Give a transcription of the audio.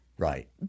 Right